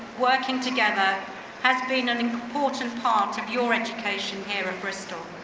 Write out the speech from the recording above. working together has been an and important part of your education here at bristol.